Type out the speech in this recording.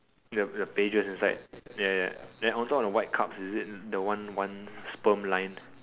yup the pages inside ya ya then on top on the white cups is it the one one sperm line